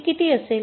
ती किती असेल